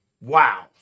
wow